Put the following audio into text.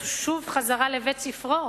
נחזיר אותו לבית-ספרו?